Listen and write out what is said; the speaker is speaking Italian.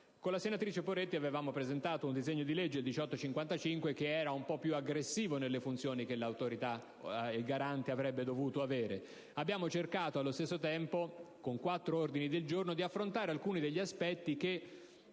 Con la senatrice Poretti avevamo presentato il disegno di legge n. 1855 che era un po' più aggressivo riguardo alle funzioni che il Garante avrebbe dovuto svolgere. Abbiamo cercato, allo stesso tempo, con quattro ordini del giorno, di affrontare alcuni degli aspetti che